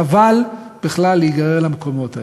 חבל בכלל להיגרר למקומות האלה.